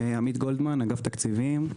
שלום, אני מאגף תקציבים.